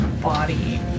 body